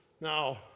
Now